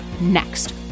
next